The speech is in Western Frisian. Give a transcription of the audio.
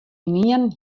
ynienen